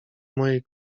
mojej